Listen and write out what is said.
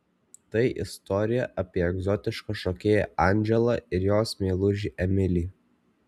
tai istorija apie egzotišką šokėją andželą ir jos meilužį emilį